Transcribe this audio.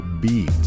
beat